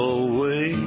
away